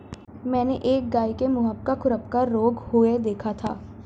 मैंने एक गाय के मुहपका खुरपका रोग हुए देखा था